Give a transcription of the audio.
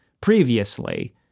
previously